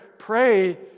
pray